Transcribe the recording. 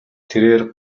тэрээр